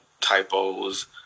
typos